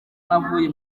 navuye